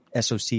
SOC